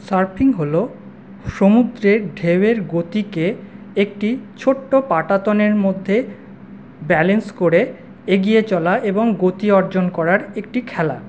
surfing হল সমুদ্রের ঢেউয়ের গতিকে একটি ছোট্টো পাটাতনের মধ্যে ব্যালেন্স করে এগিয়ে চলা এবং গতি অর্জন করার একটি খেলা